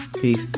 Peace